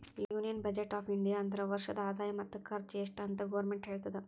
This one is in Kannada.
ಯೂನಿಯನ್ ಬಜೆಟ್ ಆಫ್ ಇಂಡಿಯಾ ಅಂದುರ್ ವರ್ಷದ ಆದಾಯ ಮತ್ತ ಖರ್ಚು ಎಸ್ಟ್ ಅಂತ್ ಗೌರ್ಮೆಂಟ್ ಹೇಳ್ತುದ